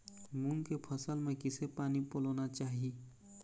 मूंग के फसल म किसे पानी पलोना चाही?